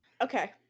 okay